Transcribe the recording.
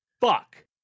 fuck